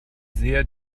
sehr